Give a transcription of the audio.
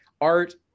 art